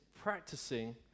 practicing